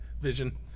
vision